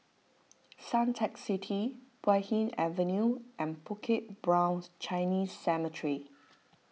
Suntec City Puay Hee Avenue and Bukit Brown Chinese Cemetery